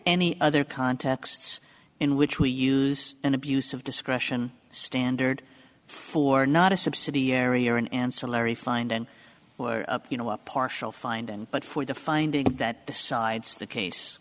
any other contexts in which we use an abuse of discretion standard for not a subsidiary or an ancillary finding or you know a partial find and but for the finding that the sides of the case